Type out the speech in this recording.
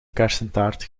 kersentaart